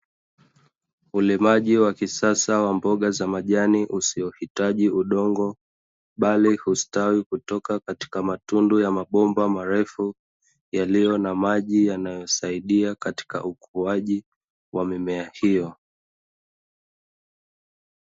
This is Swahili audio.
Ulimaji wa kisasa wa mboga za majani usiohitaji udongo bali hustawi kutoka katika matundu ya mabomba marefu yaliyo na maji yanayosaidia katika ukuaji wa mimea hiyo.